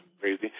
crazy